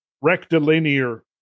rectilinear